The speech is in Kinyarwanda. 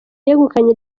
yegukanye